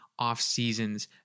offseasons